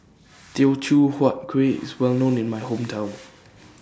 Teochew Huat Kueh IS Well known in My Hometown